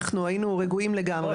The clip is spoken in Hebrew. אנחנו היינו רגועים לגמרי,